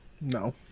No